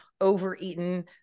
overeaten